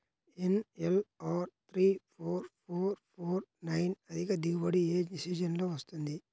NLR three four four four nine అధిక దిగుబడి ఏ సీజన్లలో వస్తుంది?